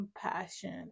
compassion